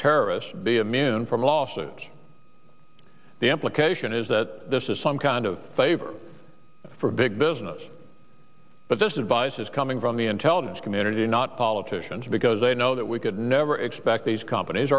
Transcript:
terrorists be i'm in for a lawsuit the implication is that this is some kind of favor for big business but this advice is coming from the intelligence community not politicians because they know that we could never expect these companies